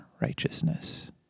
righteousness